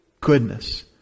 goodness